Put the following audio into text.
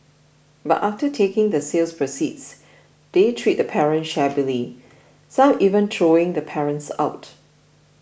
but after taking the sale proceeds they treat the parents shabbily some even throwing the parents out